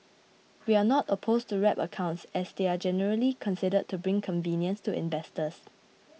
we are not opposed to wrap accounts as they are generally considered to bring convenience to investors